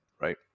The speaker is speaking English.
right